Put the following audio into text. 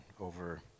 over